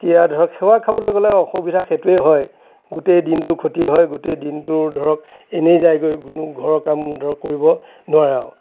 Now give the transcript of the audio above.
এতিয়া ধৰক সেৱা খাবলৈ গ'লে অসুবিধা সেইটোৱে হয় গোটেই দিনটো ক্ষতি হয় গোটেই দিনটো ধৰক এনেই যায়গৈ কোনো ঘৰৰ কাম ধৰক কৰিব নোৱাৰে আৰু